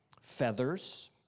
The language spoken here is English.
Feathers